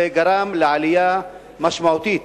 זה גרם לעלייה משמעותית